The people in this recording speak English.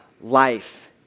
life